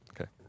Okay